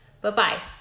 Bye-bye